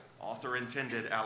author-intended